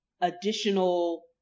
additional